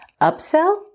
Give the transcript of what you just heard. upsell